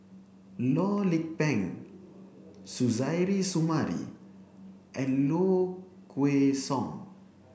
Loh Lik Peng Suzairhe Sumari and Low Kway Song